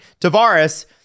Tavares